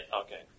okay